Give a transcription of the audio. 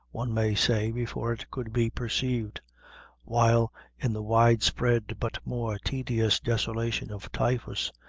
one may say, before it could be perceived while in the wide-spread but more tedious desolation of typhus,